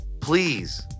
please